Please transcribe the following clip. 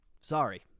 Sorry